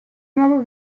nuovo